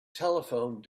telephone